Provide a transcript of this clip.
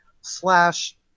slash